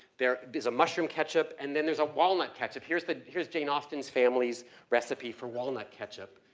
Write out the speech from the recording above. there, there's a mushroom ketchup, and then there's a walnut ketchup. here's the, here's jane austen's family's recipe for walnut ketchup.